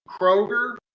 Kroger